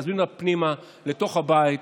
להזמין אותה פנימה לתוך הבית,